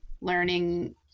learning